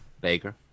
Baker